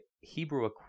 Hebrew